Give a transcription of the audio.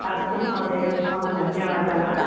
अस्तु महोदये बहवः धन्यवादाः